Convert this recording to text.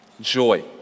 joy